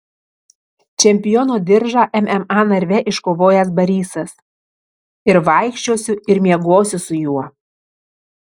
čempiono diržą mma narve iškovojęs barysas ir vaikščiosiu ir miegosiu su juo